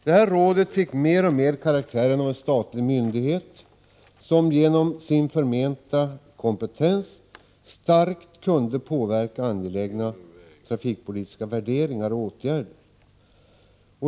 Detta råd fick mer och mer karaktären av en statlig myndighet, som genom sin förmenta kompetens starkt kunde påverka angelägna trafikpolitiska värderingar och åtgärder.